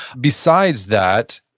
besides that,